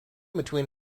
between